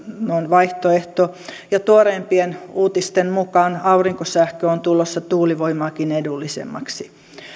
vaihtoehto ja tuoreimpien uutisten mukaan aurinkosähkö on tulossa tuulivoimaakin edullisemmaksi